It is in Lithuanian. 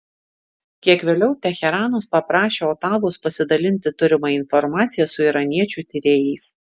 kiek vėliau teheranas paprašė otavos pasidalinti turima informacija su iraniečių tyrėjais